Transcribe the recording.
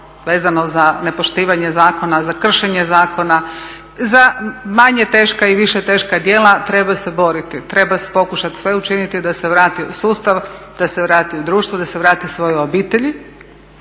vezano za nepoštivanje zakona, za kršenje zakona, za manje teška i više teška djela treba se boriti, treba pokušati sve učiniti da se vrati u sustav, da se vrati u društvo, da se vrati svojoj obitelji,